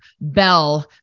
bell